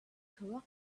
karate